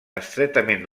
estretament